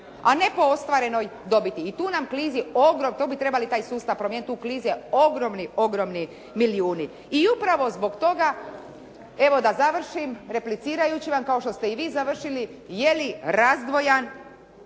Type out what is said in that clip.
a ne po ostvarenoj dobiti i tu nam klizi, tu bi trebali taj sustav promijeniti, tu klize ogromni, ogromni milijuni. I upravo zbog toga, evo da završim replicirajući vam kao što ste i vi završili, je li razdvojan